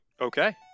Okay